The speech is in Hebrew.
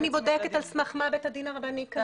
אני בודקת על סמך מה בית הדין הרבני קבע.